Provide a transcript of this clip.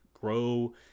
grow